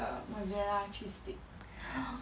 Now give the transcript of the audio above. like 会一直 crave 想吃 domino's 也是